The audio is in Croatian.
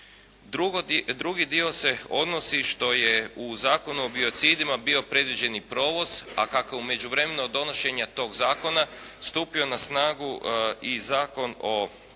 Drugi dio se odnosi što je u Zakonu o biocidima bio predviđeni provoz, a kako je u međuvremenu od donošenja tog zakona stupio na snagu i Zakon o prijevozu